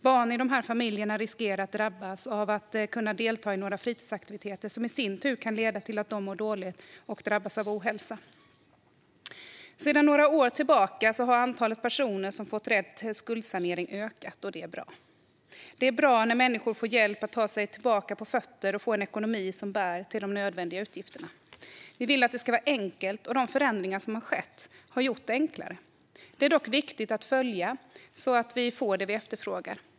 Barn i dessa familjer riskerar att drabbas av att inte kunna delta i några fritidsaktiviteter, vilket i sin tur kan leda till att de mår dåligt och drabbas av ohälsa. Sedan några år tillbaka har antalet personer som fått rätt till skuldsanering ökat, och det är bra. Det är bra när människor får hjälp att ta sig tillbaka på fötter och få en ekonomi som bär de nödvändiga utgifterna. Vi vill att det ska vara enkelt, och de förändringar som har skett har gjort det enklare. Det är dock viktigt att följa så att vi får det vi efterfrågar.